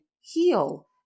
heal